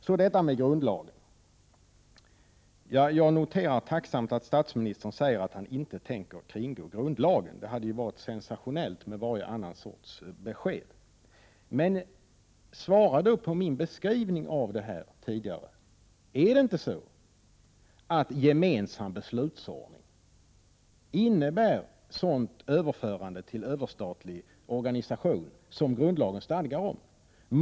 Så detta med grundlagen. Jag noterar tacksamt att statsministern säger att han inte tänker kringgå grundlagen. Det hade ju varit sensationellt med varje annan sorts besked. Men svara då på min beskrivning av det här: Är det inte så att gemensam beslutsordning innebär sådant överförande till överstatlig organisation som grundlagen stadgar om?